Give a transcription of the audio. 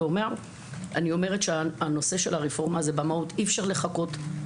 אני אומרת שהנושא של הרפורמה אי אפשר לחכות.